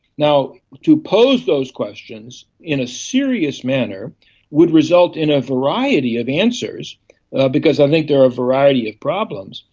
now, to pose those questions in a serious manner would result in a variety of answers because i think there are a variety of problems.